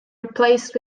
replaced